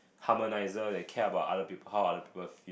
harmonizer that care about other peo~ how other people feel